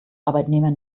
arbeitnehmer